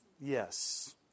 Yes